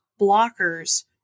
blockers